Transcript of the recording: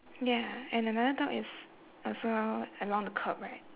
ya and another dog is also along the curb right